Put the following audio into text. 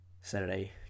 Saturday